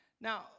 Now